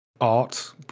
art